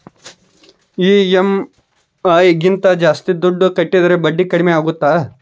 EMI ಗಿಂತ ಜಾಸ್ತಿ ದುಡ್ಡು ಕಟ್ಟಿದರೆ ಬಡ್ಡಿ ಕಡಿಮೆ ಆಗುತ್ತಾ?